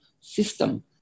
system